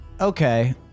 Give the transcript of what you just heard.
Okay